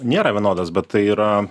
nėra vienodas bet tai yra